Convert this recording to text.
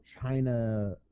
China